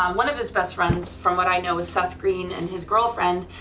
um one of his best friends from what i know is seth green and his girlfriend,